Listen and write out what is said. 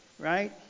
right